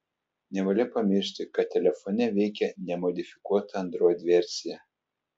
nevalia pamiršti kad telefone veikia nemodifikuota android versija